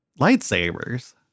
lightsabers